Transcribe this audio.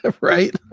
right